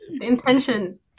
Intention